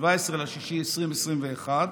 ב-17 ביוני 2021,